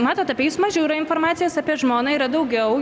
matot apie jus mažiau yra informacijos apie žmoną yra daugiau